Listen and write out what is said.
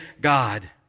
God